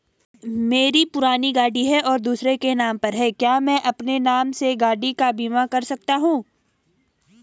मेरी पुरानी गाड़ी है और दूसरे के नाम पर है क्या मैं अपने नाम से गाड़ी का बीमा कर सकता हूँ?